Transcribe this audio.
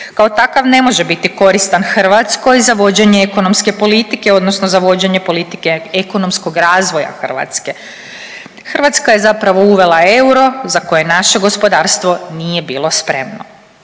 Kao takav ne može biti koristan Hrvatskoj za vođenje ekonomske politike odnosno za vođenje politike ekonomskog razvoja Hrvatske. Hrvatska je zapravo uvela euro za koje naše gospodarstvo nije bilo spremno.